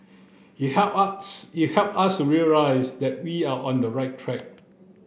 it help us it help us realise that we're on the right track